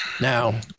Now